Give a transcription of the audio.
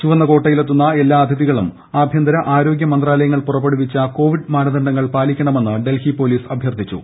ചുവപ്പുകോട്ടയിലെത്തുന്ന എല്ലാ ് അതിഥികളും ആഭ്യന്തര ആരോഗ്യമന്ത്രാലയങ്ങൾ പ്പുറ്റപ്പെടുവിച്ച കോവിഡ് മാനദണ്ഡങ്ങൾ പാലിക്കണമെന്ന് ഡൽഹി പ്പോ്ലീസ് അഭ്യർത്ഥിച്ചു